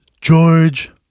George